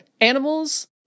Animals